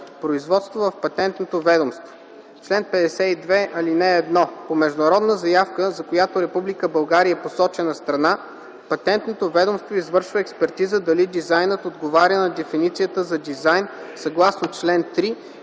„Производство в Патентното ведомство Чл. 52. (1) По международна заявка, за която Република България е посочена страна, Патентното ведомство извършва експертиза дали дизайнът отговаря на дефиницията за дизайн съгласно чл. 3